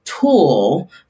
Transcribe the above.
tool